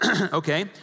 Okay